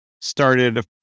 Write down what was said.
started